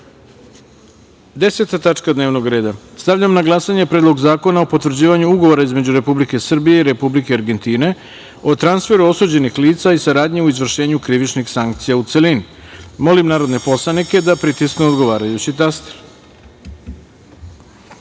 zakona. Deseta tačka dnevnog reda. Stavljam na glasanje Predlog zakona o potvrđivanju Ugovora između Republike Srbije i Republike Argentine o transferu osuđenih lica i saradnji u izvršenju krivičnih sankcija, u celini. Molim narodne poslanike da pritisnu odgovarajući